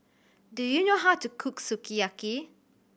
do you know how to cook Sukiyaki